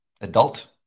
Adult